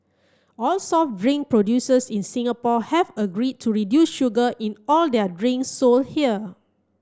all soft drink producers in Singapore have agreed to reduce sugar in all their drink sold here